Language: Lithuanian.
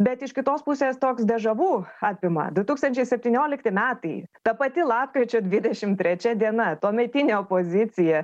bet iš kitos pusės toks dežavu apima du tūkstančiai septyniolikti metai ta pati lapkričio dvidešim trečia diena tuometinė opozicija